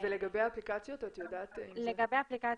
ולגבי אפליקציות את יודעת אם זה --- לגבי אפליקציות,